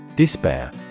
Despair